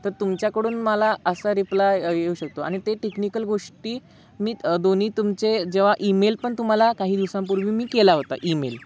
तर तुमच्याकडून मला असा रिप्लाय येऊ शकतो आणि ते टेक्निकल गोष्टी मी दोन्ही तुमचे जेव्हा ईमेल पण तुम्हाला काही दिवसांपूर्वी मी केला होता ईमेल